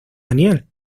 daniel